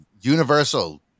Universal